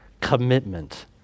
commitment